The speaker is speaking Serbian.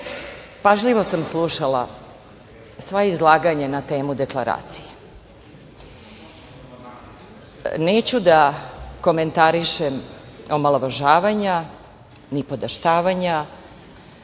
obrate. Pažljivo sam slušala sva izlaganja na temu deklaracije. Neću da komentarišem omalovažavanja nipodaštavanja,